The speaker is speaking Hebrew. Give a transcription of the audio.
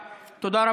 נתקבלה.